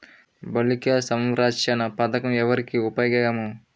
బాలిక సంరక్షణ పథకం ఎవరికి ఉపయోగము?